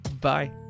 bye